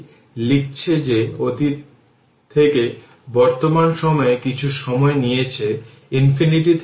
সুতরাং আমি আসলে ইনিশিয়াল কারেন্ট I0 থেকে পরিবর্তিত হয় যা I0 থেকে কিছু সময়ে t i t তাই di i এটি 0 এ t 0 থেকে t t R L dt পর্যন্ত